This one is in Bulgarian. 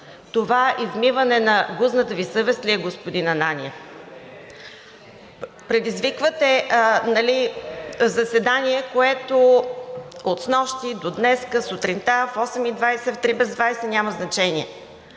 Това измиване на гузната Ви съвест ли е, господин Ананиев? Предизвиквате заседание, което от снощи до днес сутринта в 8,20 ч. в 3 ч. без 20 мин. – няма значение.